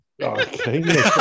Okay